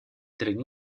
treni